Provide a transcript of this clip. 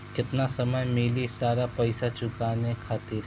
केतना समय मिली सारा पेईसा चुकाने खातिर?